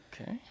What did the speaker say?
Okay